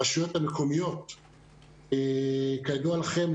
כידוע לכם,